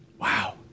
Wow